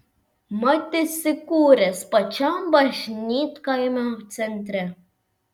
mat įsikūręs pačiam bažnytkaimio centre